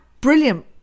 brilliant